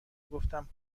گفتم